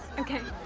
okay.